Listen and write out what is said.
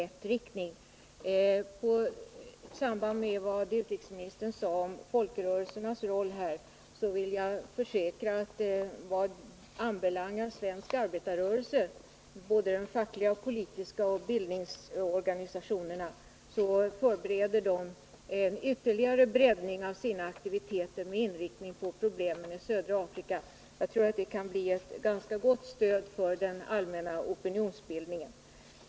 Med anledning av vad utrikesministern sade om folkrörelsernas roll vill jag försäkra att vad svensk arbetarrörelse anbelangar — det gäller såväl den Om förhållandena fackliga och den politiska arbetarrörelsen som bildningsorganisationerna — i södra Afrika förbereds en ytterligare breddning av aktiviteterna med inriktning på problemen i södra Afrika. Jag tror att det kan bli ett ganska gott stöd för den allmänna opinionsbildningen.